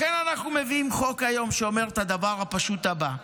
לכן אנחנו מביאים היום חוק שאומר את הדבר הפשוט הבא: